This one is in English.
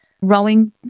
rowing